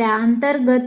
त्याअंतर्गत